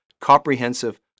comprehensive